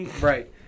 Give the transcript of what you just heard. Right